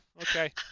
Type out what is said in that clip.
Okay